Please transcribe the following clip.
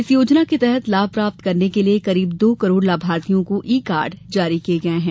इस योजना के तहत लाभ प्राप्त करने के लिए करीब दो करोड़ लाभार्थियों को ई कार्ड जारी किए गए हैं